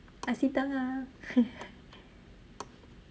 I see tengah